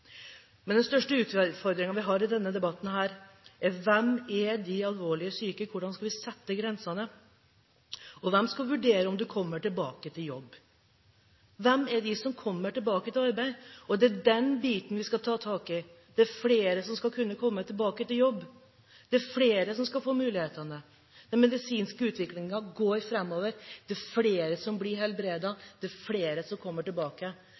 Den største utfordringen vi har i denne debatten, er: Hvem er de alvorlig syke? Hvordan skal vi sette grensene? Hvem skal vurdere om en kommer tilbake i jobb? Hvem er de som kommer tilbake til arbeid? Det er den biten vi skal ta tak i. Det er flere som skal kunne komme tilbake i jobb, det er flere som skal få mulighetene. Den medisinske utviklingen går framover, det er flere som blir helbredet. Det er flere som kommer tilbake, men det er ikke sikkert vi skal kreve at de skal komme tilbake